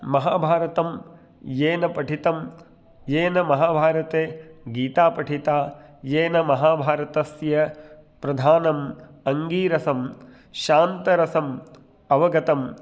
महाभारतं येन पठितं येन महाभारते गीता पठिता येन महाभारतस्य प्रधानम् अङ्गीरसं शान्तरसम् अवगतं